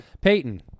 Peyton